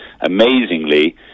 Amazingly